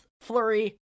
Flurry